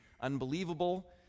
unbelievable